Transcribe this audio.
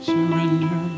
Surrender